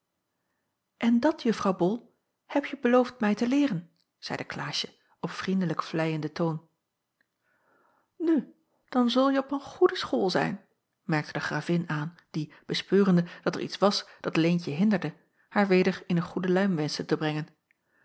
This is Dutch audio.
en dat juffrouw bol hebje beloofd mij te leeren zeide klaasje op vriendelijk vleienden toon nu dan zulje op een goede school zijn merkte de gravin aan die bespeurende dat er iets was dat leentje hinderde haar weder in een goede luim wenschte te brengen